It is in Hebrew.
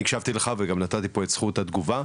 אני הקשבתי לך וגם נתתי את זכות התגובה,